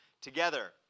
together